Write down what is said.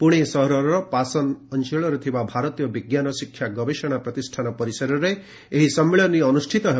ପୁଣେ ସହରର ପାଶନ ଅଞ୍ଚଳରେ ଥିବା ଭାରତୀୟ ବିଜ୍ଞାନ ଶିକ୍ଷା ଗବେଷଣା ପ୍ତିଷ୍ଠାନ ପରିସରରେ ଏହି ସମ୍ମିଳନୀ ଆୟୋକିତ ହେବ